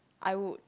I would